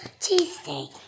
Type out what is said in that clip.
Cheesecake